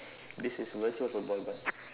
this is virtual football